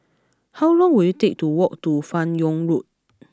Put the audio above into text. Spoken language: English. how long will it take to walk to Fan Yoong Road